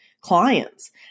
clients